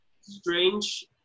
strange